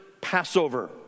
Passover